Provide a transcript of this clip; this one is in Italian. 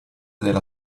della